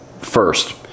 first